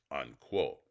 unquote